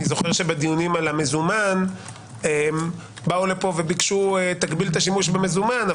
אני זוכר שבדיונים על המזומן באו לפה וביקשו להגביל את השימוש במזומן,